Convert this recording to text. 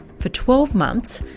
for twelve months,